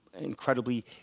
incredibly